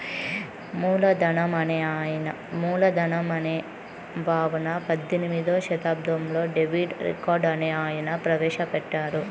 మూలధనం అనే భావన పద్దెనిమిదో శతాబ్దంలో డేవిడ్ రికార్డో అనే ఆయన ప్రవేశ పెట్టాడు